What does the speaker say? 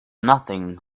nothing